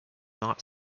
not